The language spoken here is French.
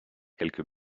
quelques